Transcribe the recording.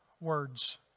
words